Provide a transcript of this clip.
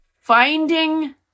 finding